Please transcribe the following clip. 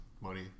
money